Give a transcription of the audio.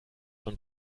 und